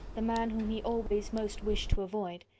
the man whom he always most wished to avoid,